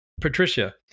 Patricia